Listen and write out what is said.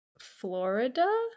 Florida